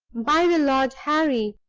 by the lord harry,